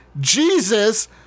Jesus